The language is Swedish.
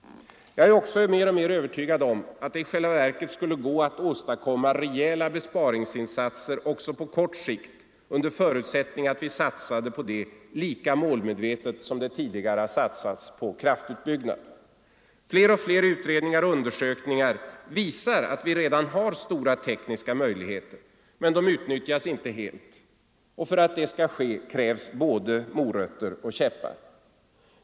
Jag blir också mer och mer övertygad om att det i själva verket skulle gå att åstadkomma rejäla besparingsinsatser också på kort sikt under förutsättning att vi satsade på mottryckskraft lika målmedvetet som det tidigare har satsats på kraftutbyggnad. Fler och fler utredningar och undersökningar visar att vi redan har stora tekniska möjligheter — men de utnyttjas inte helt. För att det skall ske krävs både morötter och käppar.